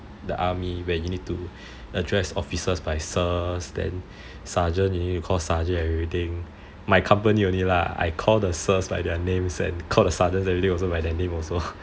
the army where you need to address officers by sirs sergeant need to call sergeant and everything my company only lah I call the sirs by their names and the sergeants by their names also